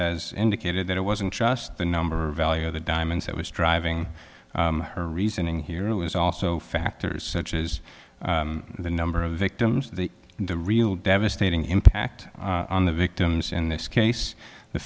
has indicated that it wasn't just the number of value of the diamonds that was driving her reasoning here it was also factors such as the number of victims the and the real devastating impact on the victims in this case the